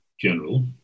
general